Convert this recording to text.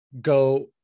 go